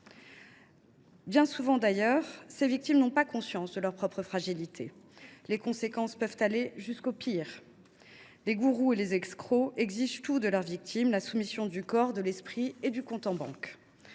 Bien souvent, d’ailleurs, les victimes n’ont pas conscience de leur propre fragilité et les conséquences peuvent atteindre le pire. Les gourous et les escrocs exigent tout de leurs victimes, la soumission du corps, de l’esprit et du compte en banque